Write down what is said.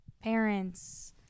parents